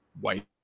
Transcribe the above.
white